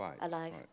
alive